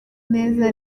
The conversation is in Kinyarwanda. neza